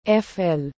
FL